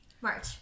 March